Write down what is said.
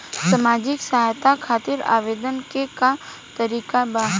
सामाजिक सहायता खातिर आवेदन के का तरीका बा?